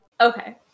okay